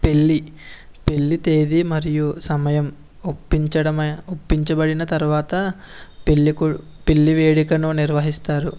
పెళ్లి పెళ్లి తేదీ మరియు సమయం ఒప్పించడం ఒప్పించబడిన తర్వాత పెళ్లి కో పెళ్లి వేడుకను నిర్వహిస్తారు